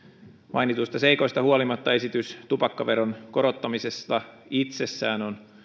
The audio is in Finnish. mainituista seikoista huolimatta esitys tupakkaveron korottamisesta itsessään on